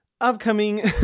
upcoming